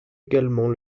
également